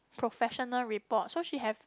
professional report so she have